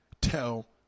tell